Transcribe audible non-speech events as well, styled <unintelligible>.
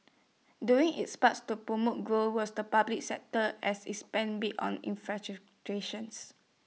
doing its parts to promote growth was the public sector as IT spent big on <unintelligible>